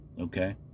Okay